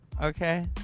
Okay